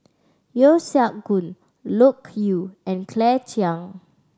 Yeo Siak Goon Loke Yew and Claire Chiang